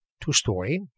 two-story